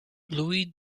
louis